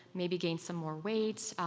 maybe gain some more weight,